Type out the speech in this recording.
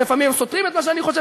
ולפעמים הם סותרים את מה שאני חושב,